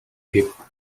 people